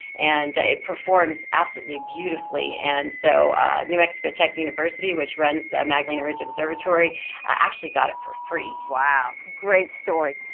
and it performs absolutely beautifully, and so new mexico tech university, which runs magdalena ridge observatory actually got it for free. wow, great story.